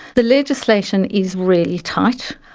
the legislation is really tight.